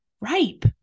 ripe